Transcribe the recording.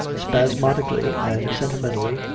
spasmodically and sentimentally,